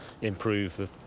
improve